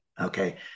Okay